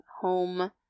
home